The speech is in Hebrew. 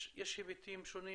יש היבטים שונים